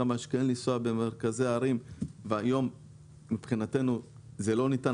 לנסוע במרכזי הערים כאשר היום מבחינתנו זה לא ניתן.